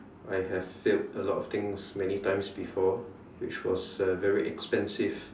I have failed a lot of things many times before which was uh very expensive